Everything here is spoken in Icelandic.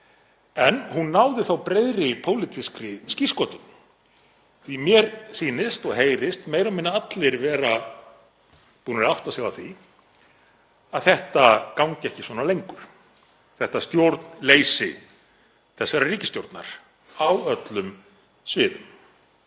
en hún náði þó breiðri pólitískri skírskotun því að mér sýnist og heyrist meira og minna allir vera búnir að átta sig á því að það gangi ekki lengur, þetta stjórnleysi þessarar ríkisstjórnar á öllum sviðum.